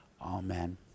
Amen